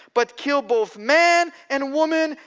but kill both man and woman,